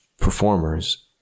performers